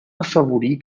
afavorir